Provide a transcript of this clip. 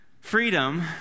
Freedom